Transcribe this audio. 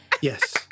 Yes